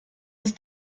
ist